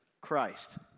Christ